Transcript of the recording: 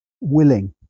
willing